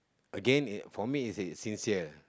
again it for me it is sincere